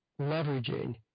leveraging